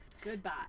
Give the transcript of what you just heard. Goodbye